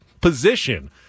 position